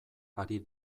ari